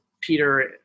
Peter